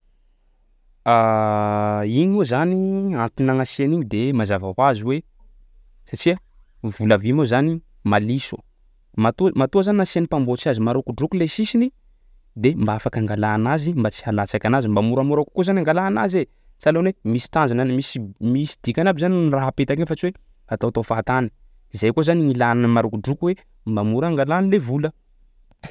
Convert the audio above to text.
Igny moa zany antony gnanasia an'igny de mazava hoazy hoe satsia ny vola vy moa zany maliso, matoa matoa zany mpamboatsy azy marokodroko lay sisiny de mba afaka angala anazy mba halatsaky anazy mba moramora kokoa zany ny angala anazy e, sahalan'ny hoe misy tanjona n- mis- misy dikany aby zany m- ny raha apetaka eo fa tsy ataotao fahatany. Zay koa zany ny ilà ny marokodroko hoe mba mora angala an'le vola.